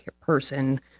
person